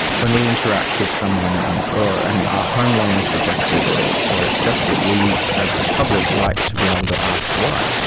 when we interact with someone and or and a home loan is rejected or or accepted, we as the public like to be able to ask why,